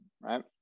Right